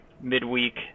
midweek